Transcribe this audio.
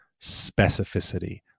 specificity